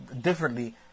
differently